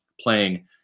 playing